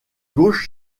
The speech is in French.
gauche